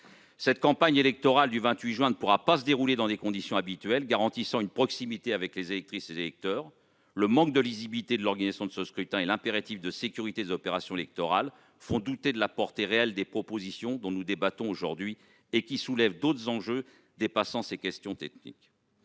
La campagne électorale pour le second tour ne pourra pas se dérouler dans les conditions habituelles garantissant une proximité avec les électrices et les électeurs. Le manque de lisibilité de l'organisation du scrutin du 28 juin et l'impératif de sécurité des opérations électorales font douter de la portée réelle des propositions dont nous débattons aujourd'hui. Les enjeux vont bien au-delà des seules questions techniques.